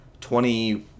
twenty